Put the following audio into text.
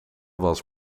was